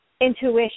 intuition